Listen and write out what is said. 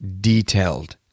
detailed